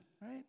right